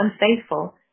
unfaithful